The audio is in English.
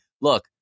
Look